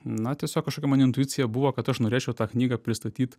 na tiesiog kažkokia man intuicija buvo kad aš norėčiau tą knygą pristatyt